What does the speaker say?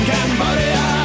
Cambodia